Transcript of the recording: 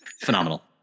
phenomenal